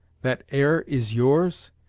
that air is yours?